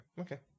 okay